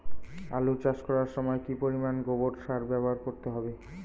আলু চাষ করার সময় কি পরিমাণ গোবর সার ব্যবহার করতে হবে?